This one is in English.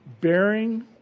Bearing